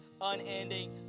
unending